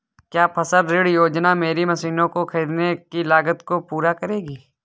क्या फसल ऋण योजना मेरी मशीनों को ख़रीदने की लागत को पूरा करेगी?